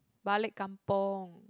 balik kampung